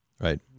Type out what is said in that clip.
Right